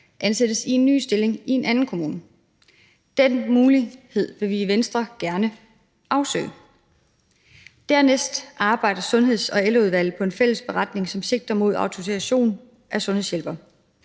ansættes i en ny stilling i en anden kommune. Den mulighed vil vi i Venstre gerne afsøge. Dernæst arbejder Sundheds- og Ældreudvalget på en fælles beretning, som sigter mod autorisation af sundhedshjælpere.